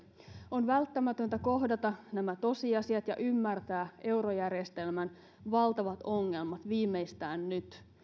on välttämätöntä kohdata nämä tosiasiat ja ymmärtää eurojärjestelmän valtavat ongelmat viimeistään nyt